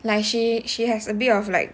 like she she has a bit of like